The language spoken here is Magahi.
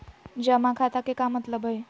जमा खाता के का मतलब हई?